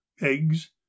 eggs